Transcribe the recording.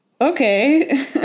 Okay